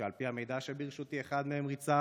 שעל פי המידע שברשותי אחד מהם ריצה